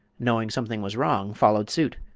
knowing something was wrong, followed suit.